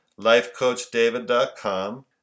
lifecoachdavid.com